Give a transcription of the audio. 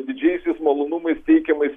didžiaisiais malonumais teikiamais